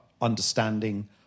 understanding